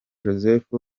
joseph